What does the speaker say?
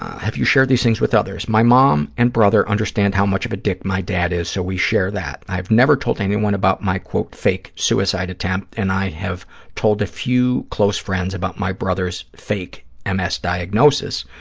have you shared these things with others? my mom and brother understand how much of a dick my dad is, so we share that. i have never told anyone about my, quote, fake suicide attempt, and i have told a few close friends about my brother's fake um ms diagnosis.